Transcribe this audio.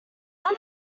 not